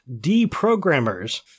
deprogrammers